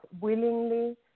willingly